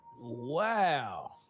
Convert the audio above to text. Wow